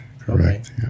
correct